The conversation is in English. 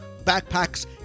backpacks